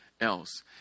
else